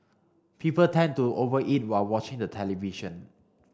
people tend to over eat while watching the television